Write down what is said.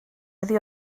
oddi